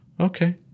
okay